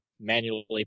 manually